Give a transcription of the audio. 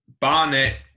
Barnett